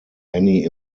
many